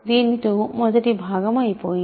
దీనితో మొదటి భాగం అయిపోయింది